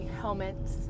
helmets